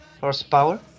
horsepower